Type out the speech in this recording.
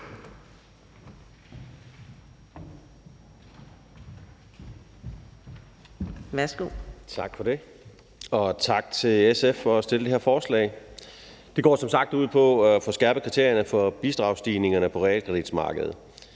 Tak for det. Og tak til SF for at fremsætte det her forslag. Det går som sagt ud på at få skærpet kriterierne for bidragsstigningerne på realkreditmarkedet.